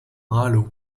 halo